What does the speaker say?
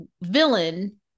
villain